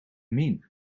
mean